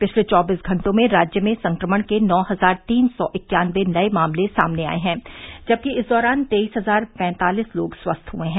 पिछले चौबीस घंटों में राज्य में संक्रमण के नौ हजार तीन सौ इक्यानबे नए मामले सामने आए हैं जबकि इस दौरान तेईस हजार पैंतालीस लोग स्वस्थ हुए हैं